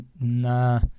Nah